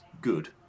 good